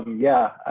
yeah.